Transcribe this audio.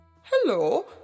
Hello